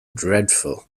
dreadful